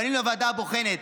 פנינו לוועדה הבוחנת,